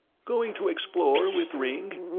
going to explore with ringg?